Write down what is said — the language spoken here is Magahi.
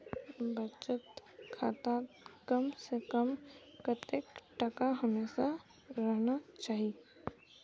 बचत खातात कम से कम कतेक टका हमेशा रहना चही?